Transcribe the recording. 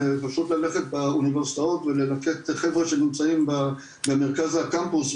פשוט ללכת באוניברסיטאות וללקט חבר'ה שנמצאים במרכז הקמפוס,